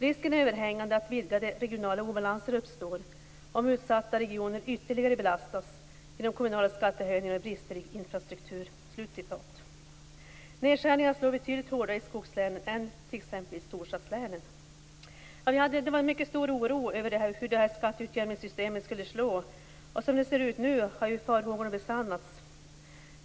Risken är överhängande att vidgade regionala obalanser uppstår om utsatta regioner ytterligare belastas genom kommunala skattehöjningar och brister i infrastruktur. Det var några uttalanden. Nedskärningar slår betydligt hårdare i skogslänen än t.ex. i storstadslänen. Det var en mycket stor oro för hur skatteutjämningssystemet skulle slå. Som det ser ut nu har farhågorna besannats.